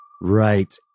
Right